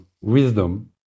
wisdom